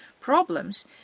problems